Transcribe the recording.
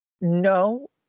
No